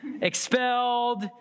Expelled